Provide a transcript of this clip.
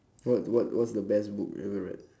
what what's what's the best book that you ever read